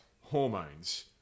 hormones